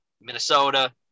Minnesota